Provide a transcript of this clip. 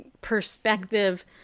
perspective